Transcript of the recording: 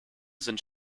sind